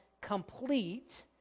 complete